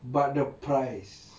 but the price